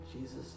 Jesus